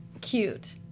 cute